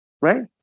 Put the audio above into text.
right